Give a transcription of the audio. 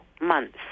months